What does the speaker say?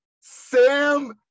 Sam